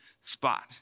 spot